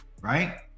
right